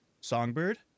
Songbird